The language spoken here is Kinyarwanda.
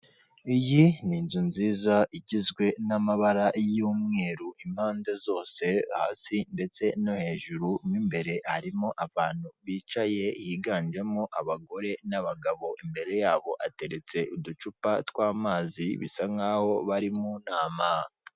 Iyi ni inzu nziza igizwe n'amabara y'umweru impande zose hasi ndetse no hejuru, mo imbere harimo abantu bicaye higanjemo abagore n'abagabo, imbere yabo hateretse uducupa tw'amazi bisa nkaho bari mu nama.